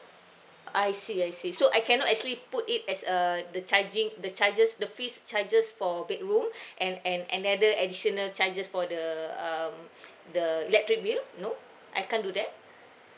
I see I see so I cannot actually put it as err the charging the charges the fees charges for bedroom and and another additional charges for the um the electric bill no I can't do that